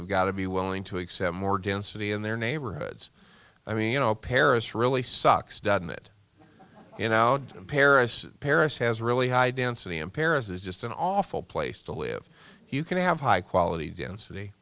of got to be willing to accept more density in their neighborhoods i mean you know paris really sucks doesn't it you know paris paris has a really high density in paris is just an awful place to live you can have high quality density